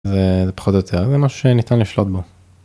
זה א.. פחות או יותר זה משהו שניתן לשלוט בו.